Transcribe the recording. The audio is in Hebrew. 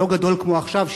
לא גדול כמו עכשיו,